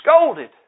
scolded